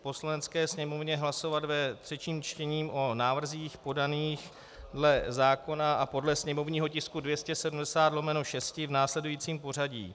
Poslanecké sněmovně hlasovat ve třetím čtení o návrzích podaných dle zákona a podle sněmovního tisku 270/6 v následujícím pořadí.